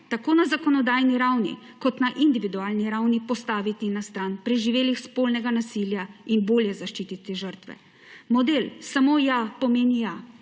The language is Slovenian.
tako na zakonodajni ravni, kot na individualni ravni, postaviti na stran preživelih spolnega nasilja in bolje zaščititi žrtve. Model Samo ja, pomeni ja,